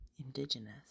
indigenous